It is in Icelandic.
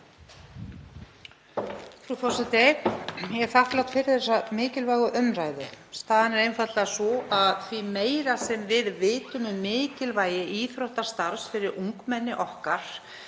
Frú forseti. Ég er þakklát fyrir þessa mikilvægu umræðu. Staðan er einfaldlega sú að því meira sem við vitum um mikilvægi íþróttastarfs fyrir ungmenni okkar,